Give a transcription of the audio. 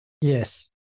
Yes